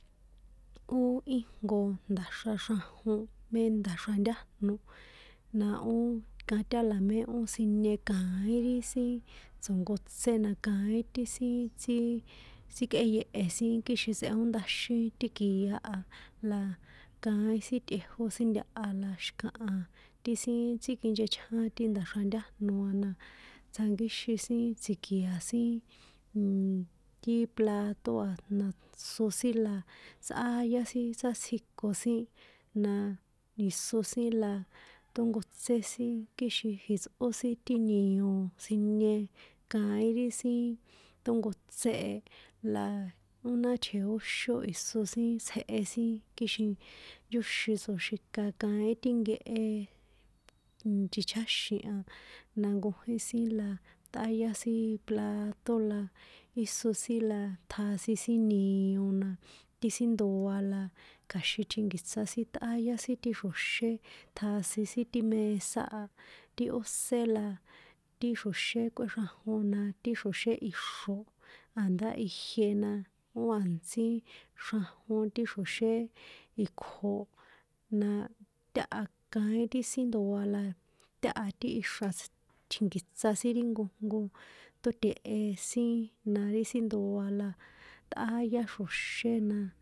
Ó íjnko nda̱xra xrajön mé nda̱xra ntájno, na ó ka ta la mé ó sinie kaín ri sin tso̱nkotsé na kaín ti sin tsjíii, tsíkꞌéye̱he sin kixin tsꞌeondaxín ti kia a, la kaín sin tꞌejó sin ntaha na xi̱kaha ti sin tsíkinchechján ti nda̱xra ntájno a na, tsjankíxin sin tsji̱ki̱a̱ sin mmmm ti plato a na, tsosinla tsꞌáyá sin sátsjiko sin, na iso sin la ṭónkotsé sin kixin jitsꞌó sin nio sinie kaín ri sin ṭónkotsé ee, la ó ná tjeóxón iso sin tsjehe sin kixin yóxin tsoxika kaín ti nkeheeeee, ntichjáxi̱n a, na nkojín sin la ṭꞌáyá sin plato la íso sin la ṭjasin sin nio na, ti sin ndo̱a la kja̱xi̱n tjinki̱tsa sin tꞌáyá sin ti xro̱xé ṭjasin sin ti mesa a, ti ósé la, ti xro̱xé kꞌuéxranjon na ti xro̱xé ixro̱, a̱ndá ijie na ó a̱ntsí xrajon ti xro̱xé ikjo, na- a, tiáha kaín ti sin ndoa la, táha ti ixra̱ si tjinki̱tsa sin ri nkojnko ṭóte̱he sin na ri sin ndoa la ṭꞌáyá xro̱xé na.